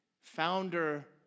founder